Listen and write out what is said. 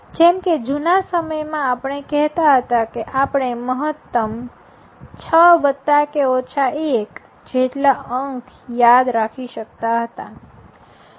જેમકે જુના સમયમાં આપણે કહેતા કે આપણે મહત્તમ ૬±૧ જેટલા અંક યાદ રાખી શકતા હતા